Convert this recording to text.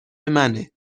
منه